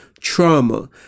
trauma